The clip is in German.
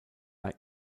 bei